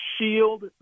shield